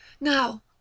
Now